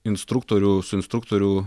instruktorių su instruktorių